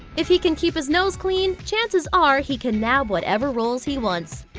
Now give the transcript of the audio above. if he can keep his nose clean, chances are he can nab whatever roles he wants.